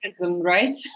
Right